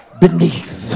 beneath